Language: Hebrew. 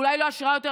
אולי לא עשירה יותר,